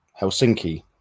Helsinki